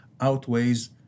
outweighs